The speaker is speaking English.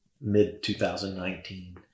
mid-2019